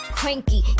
cranky